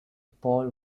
paul